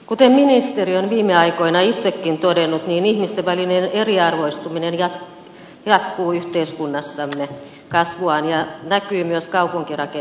kuten ministeri on viime aikoina itsekin todennut ihmisten välinen eriarvoistuminen jatkaa yhteiskunnassamme kasvuaan ja näkyy myös kaupunkirakenteessamme